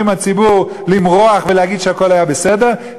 עם הציבור למרוח ולהגיד שהכול היה בסדר,